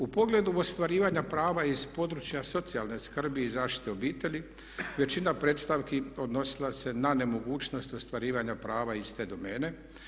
U pogledu ostvarivanja prava iz područja socijalne skrbi i zaštite obitelji većina predstavki odnosila se na nemogućnost ostvarivanja prava iz te domene.